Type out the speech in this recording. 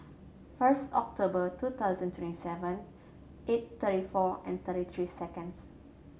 first October two thousand twenty seven eight thirty four and thirty three seconds